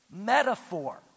metaphor